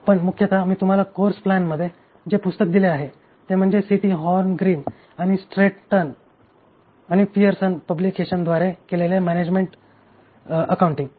पण मुख्यतः मी तुम्हाला कोर्स प्लॅन मध्ये जे पुस्तक दिले आहे ते म्हणजे सीटी हॉर्न ग्रीन आणि स्ट्रेटटन यांनी पीअरसन पब्लिकेशनद्वारे केलेले मॅनेजमेंट अकाउंटिंग